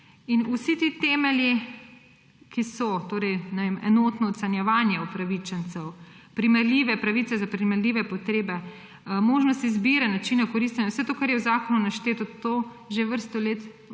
Vsi ti temelji, ki so, ne vem, enotno ocenjevanje upravičencev, primerljive pravice za primerljive potrebe, možnosti izbire načina koriščenja, vse to, kar je v zakonu našteto, to že vrsto let preko